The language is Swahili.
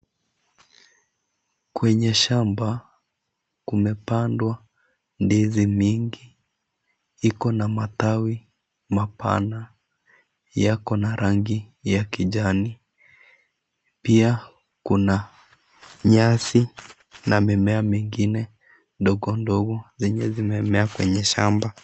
Kwenye shamba kumepandwa ndizi mingi iko na matawi mapana yako na rangi ya kijani, pia kuna nyasi na mimea mingine ndogondogo zenye zimemea kwenye shamba.